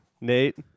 Nate